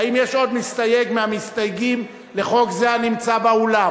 האם יש עוד מסתייג מהמסתייגים לחוק זה הנמצא באולם?